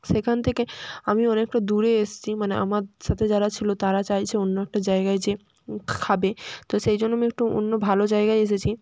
সেখান থেকে আমি অনেকটা দূরে এসেছি মানে আমার সাথে যারা ছিলো তারা চাইছে অন্য একটা জায়গায় যেয়ে খাবে তো সেই জন্য আমি একটু অন্য ভালো জায়গায় এসেছি